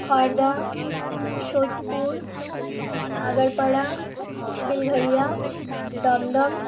Khardah Sodepur Agarpara Belgharia Dumdum